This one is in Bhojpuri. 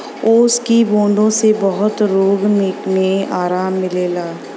ओस की बूँदो से बहुत रोग मे आराम मिलेला